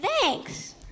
Thanks